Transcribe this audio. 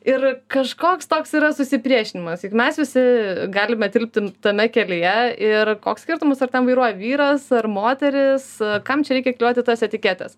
ir kažkoks toks yra susipriešinimas juk mes visi galime tilpti tame kelyje ir koks skirtumas ar ten vairuoja vyras ar moteris kam čia reikia klijuoti tas etiketes